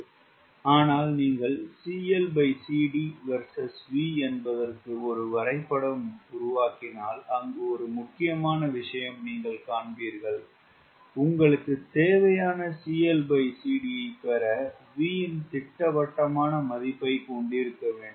ஆனால் நீங்கள் CLCD vs V என்பதற்கு ஒரு வரைபடம் உருவாக்கினால் அங்கு ஒரு முக்கியமான விஷயம் நீங்கள் காண்பீர்கள் உங்களுக்கு தேவையான CLCD ஐ பெற V இன் திட்டவட்டமான மதிப்பைக் கொண்டிருக்க வேண்டும்